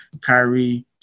Kyrie